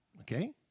Okay